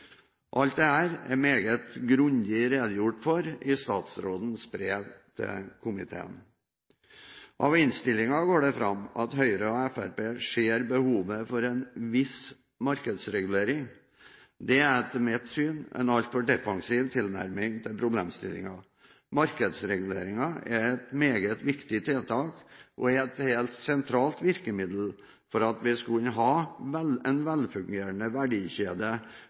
Alt dette er det meget grundig redegjort for i statsrådens brev til komiteen. Av innstillingen går det fram at Høyre og Fremskrittspartiet ser behov for en viss markedsregulering. Det er etter mitt syn en altfor defensiv tilnærming til problemstillingen. Markedsreguleringen er et meget viktig tiltak og et helt sentralt virkemiddel for at vi skal kunne ha en velfungerende verdikjede